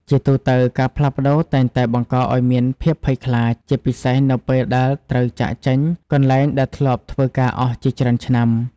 ជាទូទៅ ការផ្លាស់ប្តូរតែងតែបង្កឱ្យមានភាពភ័យខ្លាច ជាពិសេសនៅពេលដែលត្រូវចាកចេញកន្លែងដែលធ្លាប់ធ្វើការអស់ជាច្រើនឆ្នាំ។